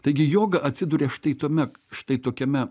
taigi joga atsiduria štai tame štai tokiame